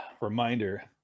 reminder